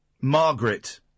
Margaret